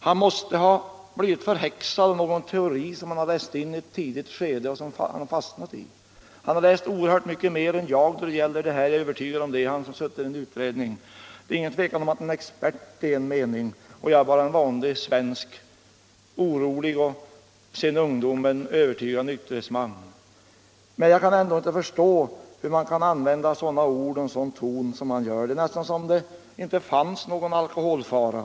Han måste ha blivit förhäxad av någon teori som han läst in under ett tidigt skede och sedan fastnat i. Han har läst oerhört mycket mer än jag om de här frågorna — det är jag övertygad om, för han har suttit med i utredningen. Det är ingen tvekan om att herr Wennerfors är expert och jag är bara en vanlig, orolig svensk, sedan ungdomen övertygad nykterhetsman. Jag kan inte förstå hur man kan använda sådana ord och en sådan ton som herr Wennerfors gör. Det är nästan som om det inte fanns någon alkoholfara.